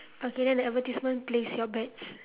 okay then the advertisement place your bets